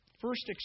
First